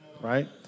right